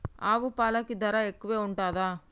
ఆవు పాలకి ధర ఎక్కువే ఉంటదా?